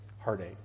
heartache